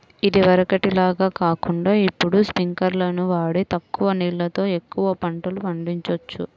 ఇదివరకటి లాగా కాకుండా ఇప్పుడు స్పింకర్లును వాడి తక్కువ నీళ్ళతో ఎక్కువ పంటలు పండిచొచ్చు